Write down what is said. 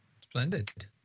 Splendid